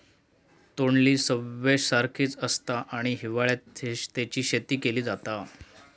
तोंडली स्क्वैश सारखीच आसता आणि हिवाळ्यात तेची शेती केली जाता